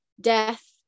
death